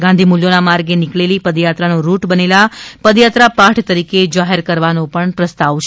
ગાંધી મૂલ્યો ના માર્ગે નીકળેલી પદયાત્રાનો રૂટ બનેલા પદયાત્રા પાઠ તરીકે જાહેર કરવાનો પણ પ્રસ્તાવ છે